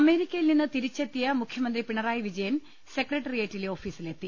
അമേരിക്കയിൽ നിന്ന് തിരിച്ചെത്തിയ മുഖ്യമന്ത്രി പിണറായി വിജയൻ സെക്ര ട്ടറിയേറ്റിലെ ഓഫീസിലെത്തി